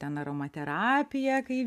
ten aromaterapija kai